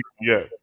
yes